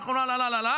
אנחנו לה לה לה,